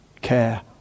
care